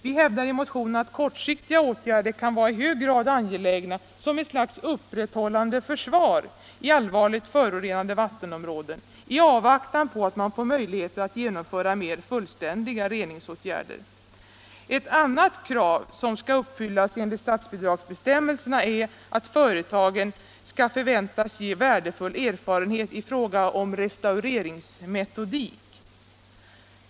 Vi hävdar i motionen att kortsiktiga åtgärder kan vara i hög grad angelägna som ett slags upprätthållande försvar i allvarligt förorenade vattenområden, i avvaktan på att man får möjligheter att genomföra mer fullständiga reningsåtgärder. Ett annat krav som skall uppfyllas är enligt statsbidragsbestämmelserna att företagen skall förväntas ge värdefull erfarenhet i fråga om restaureringsmetodik.